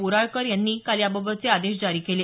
बोराळकर यांनी काल याबाबतचे आदेश जारी केले